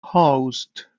host